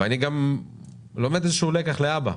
אני גם לומד איזה שהוא לקח להבא,